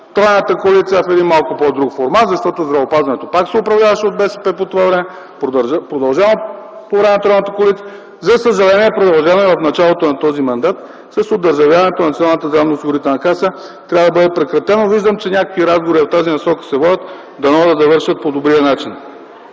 тройната коалиция в един малко по-друг формат, защото здравеопазването пак се управляваше по това време от БСП, продължава по времето на тройната коалиция, за съжаление продължава в началото на този мандат с одържавяването на Националната здравноосигурителна каса трябва да бъде прекратено. Виждам, че се водят някакви разговори в тази насока, дано да завършат по добрия начин.